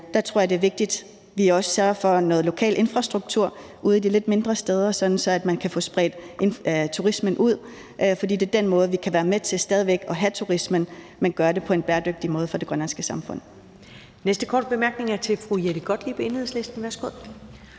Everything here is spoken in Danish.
der tror jeg, det er vigtigt, at vi også sørger for noget lokal infrastruktur ude på de lidt mindre steder, sådan at man kan få spredt turismen ud. For det er den måde, vi kan være med til stadig væk at have turismen på, men gøre det på en bæredygtig måde for det grønlandske samfund. Kl. 20:51 Første næstformand (Karen Ellemann): Den næste korte bemærkning er til fru Jette Gottlieb, Enhedslisten. Værsgo.